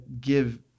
give